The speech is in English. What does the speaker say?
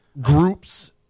groups